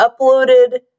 uploaded